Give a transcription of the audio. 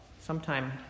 sometime